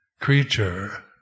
creature